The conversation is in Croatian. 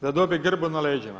Da dobije grbu na leđima.